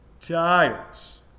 tires